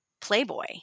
Playboy